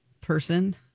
person